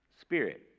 spirit